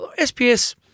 SPS